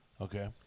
Okay